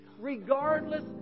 Regardless